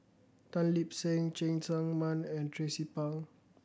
Tan Lip Seng Cheng Tsang Man and Tracie Pang